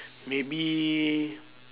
maybe